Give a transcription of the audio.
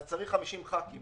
יש צורך ב-50 חברי כנסת.